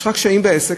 יש לך קשיים בעסק,